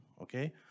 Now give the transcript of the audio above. okay